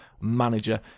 Manager